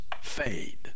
fade